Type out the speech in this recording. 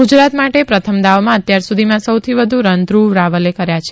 ગુજરાત માટે પ્રથમ દાવમાં અત્યાર સુધીમાં સૌથી વધુ રન ધૂવ રાવલે કર્યા છે